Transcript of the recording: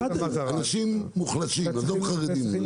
אנשים מוחלשים, עזוב חרדים.